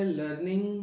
learning